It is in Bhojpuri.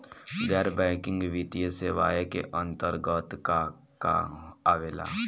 गैर बैंकिंग वित्तीय सेवाए के अन्तरगत का का आवेला?